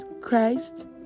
Christ